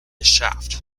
shaft